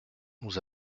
nous